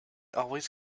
always